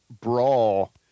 brawl